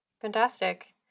Fantastic